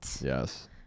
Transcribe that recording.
yes